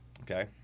Okay